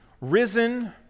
Risen